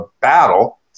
battle